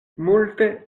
multe